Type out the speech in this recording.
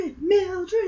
Mildred